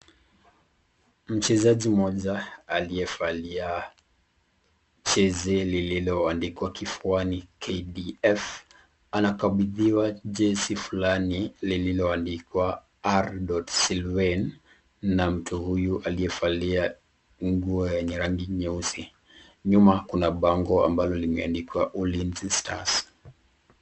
Mchezaji mmoja aliyevalia jezi lililoandikwa kifuani KDF anakabidhiwa jezi fulani lililoandikwa R.Slyvane na mtu huyu aliyevalia nguo yenye rangi nyeusi. Nyuma kuna bango ambalo limeandikwa Ulinzi Stars.